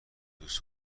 دوست